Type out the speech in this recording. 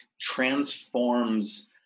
transforms